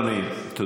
אדוני היושב-ראש.